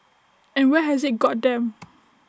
and where has IT got them